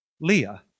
Leah